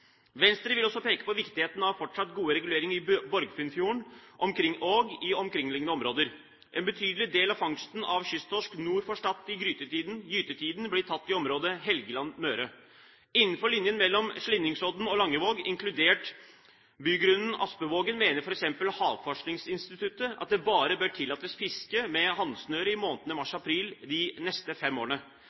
Venstre vil også peke på viktigheten av fortsatt gode reguleringer i Borgundfjorden og i omkringliggende områder. En betydelig del av fangsten av kysttorsk nord for Stad i gytetiden blir tatt i området Helgeland–Møre. Innenfor en linje mellom Slinningsodden og Langevåg, inkludert Bygrunnen/Aspevågen, mener f.eks. Havforskningsinstituttet at det bare bør tillates fiske med håndsnøre i månedene mars–april de neste fem årene.